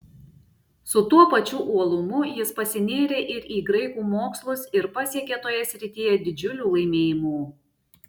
su tuo pačiu uolumu jis pasinėrė ir į graikų mokslus ir pasiekė toje srityje didžiulių laimėjimų